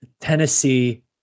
Tennessee